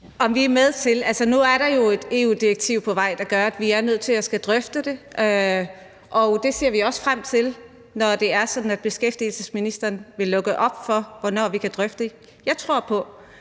Nu er der jo et EU-direktiv på vej, der gør, at vi er nødt til at skulle drøfte det, og vi ser også frem til, at beskæftigelsesministeren vil lukke op for, hvornår vi kan drøfte det. Vi tror på,